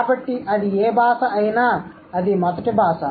కాబట్టి అది ఏ భాష అయినా అది మొదటి భాష